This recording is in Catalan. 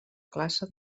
classe